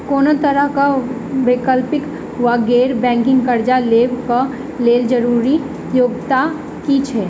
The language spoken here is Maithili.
कोनो तरह कऽ वैकल्पिक वा गैर बैंकिंग कर्जा लेबऽ कऽ लेल जरूरी योग्यता की छई?